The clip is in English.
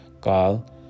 call